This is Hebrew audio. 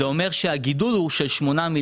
זה אומר שהגידול הוא של שמונה מיליארד.